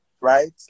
right